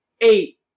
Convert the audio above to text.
eight